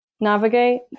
navigate